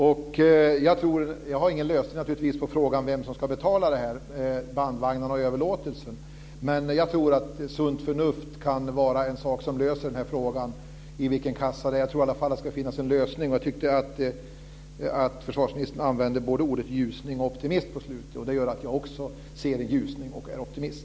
Jag har naturligtvis ingen lösning på frågan om vem som ska betala bandvagnarna och överlåtelsen, men jag tror att sunt förnuft kan vara en sak som löser frågan om vilken kassa det handlar om. Jag tror i alla fall att det ska finnas en lösning. Jag tyckte att försvarsministern använde orden ljusning och optimist på slutet, och det gör att jag också ser en ljusning och är optimist.